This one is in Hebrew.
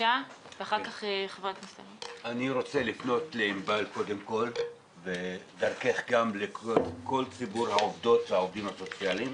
אני רוצה לפנות לענבל ודרכך גם לכל ציבור העובדים הסוציאליים